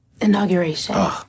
Inauguration